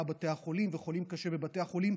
בתי החולים ועל חולים קשה בבתי החולים,